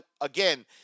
again